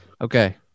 Okay